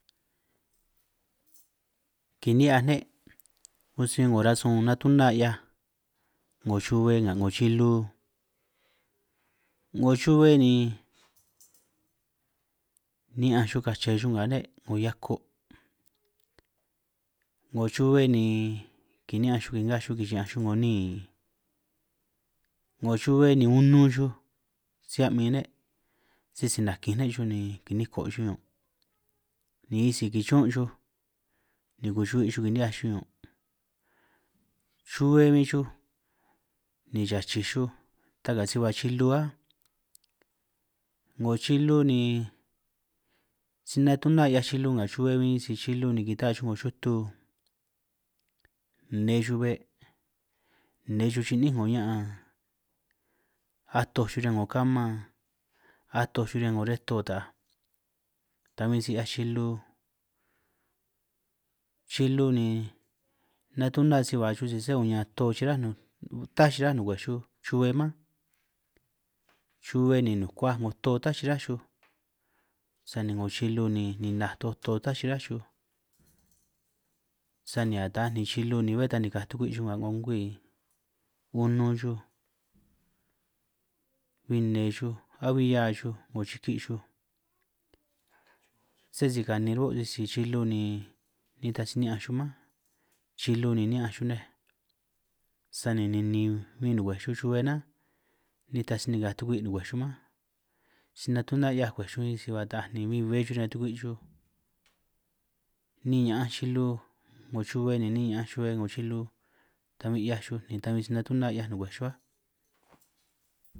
Kini'hiaj ne' abin si bin 'ngo rasun natuna 'hiaj 'ngo chube nga 'ngo chilu, 'ngo chube ni ni'ñanj chuj kache chuj nga ne' 'ngo hiako', 'ngo chube ni kiniñanj chuj kingaj chuj kichi'ñanj chuj 'ngo nin, 'ngo chube ni unun chuj si a'min ne' sisi nakinj ne' chuj, ni kiniko' chuj ñun' ni sisi killún' chuj ni kuchu'hui' kinihiaj chuj ñun' chube bin chuj ni chachij chuj ta' ka' si hua chilu áj, 'ngo chilu ni si natuna 'hiaj chilu nga chube bin si chilu ni gita'a chuj 'ngo chutu, nne chuj be', nne chuj chi'nïn 'ngo ña'an, atoj chuj riñan 'ngo kama, atoj chuj riñan 'ngo reto, ta'aj ta huin si 'hiaj chilu, chilu ni natuna si ba chuj si se si kuñan tto chiráj taj chiráj nungwej chuj chube mánj, chube ni nukuaj 'ngo tto tá chiráj chuj sani 'ngo chilu ninaj toj tto tá chiráj chuj sani a' taj ni chilu ni be taj ni nikaj tugwi chuj nga 'ngo ngwi unun chuj, bin nne chuj, abi hia chuj 'ngo riki' chuj, se si kanin ruhuo' sisi chilu ni nitaj si niñanj chuj mánj, chilu ni ni'ñanj chuj nej, sani ninin huin ngwej chuj chube nanj nitaj si nikaj tugui' ngwej chuj mánj si natuna 'hiaj ngwej chuj si hua ta'aj ni huin hue chuj riñan tugwi' chuj ni'in ña'anj chilu 'ngo chube ni'in ña'anj chube 'ngo chilu, ta bin 'hiaj chuj ta bin si natuna 'hiaj ngwej chuj áj.